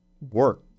work